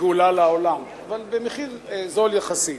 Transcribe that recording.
גאולה לעולם במחיר זול יחסית.